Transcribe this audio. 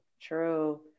True